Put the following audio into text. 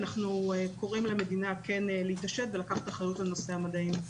אנחנו קוראים למדינה להתעשת ולקחת אחריות על נושא המדעים.